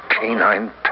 canine